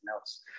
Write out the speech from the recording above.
else